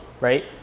right